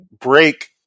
break